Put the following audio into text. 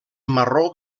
marró